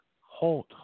hot